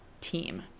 team